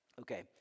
Okay